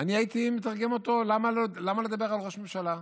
אני הייתי מתרגם אותו, למה לדבר על ראש ממשלה?